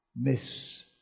miss